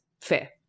fair